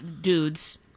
dudes